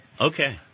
Okay